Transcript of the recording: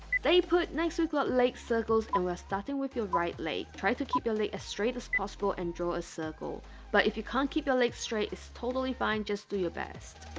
stay put! next we've got leg circles and we're starting with your right leg try to keep your leg as straight as possible and draw a circle but if you can't keep your leg straight it's totally fine just do your best